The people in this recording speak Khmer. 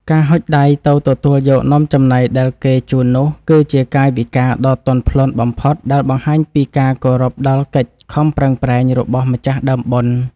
ការហុចដៃទៅទទួលយកនំចំណីដែលគេជូននោះ គឺជាកាយវិការដ៏ទន់ភ្លន់បំផុតដែលបង្ហាញពីការគោរពដល់កិច្ចខំប្រឹងប្រែងរបស់ម្ចាស់ដើមបុណ្យ។